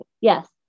Yes